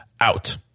out